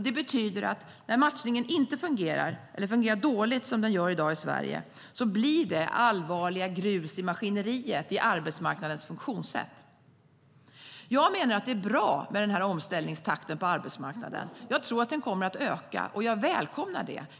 Det innebär att när matchningen inte fungerar eller fungerar dåligt som den gör i dag i Sverige blir det grus i maskineriet i arbetsmarknadens funktionssätt, och det är allvarligt. Jag menar att det är bra med den här omställningstakten på arbetsmarknaden. Jag tror att den kommer att öka, och jag välkomnar det.